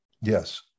Yes